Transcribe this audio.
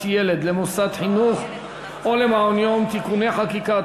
ילד למוסד חינוך או למעון-יום (תיקוני חקיקה),